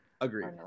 Agreed